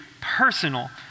personal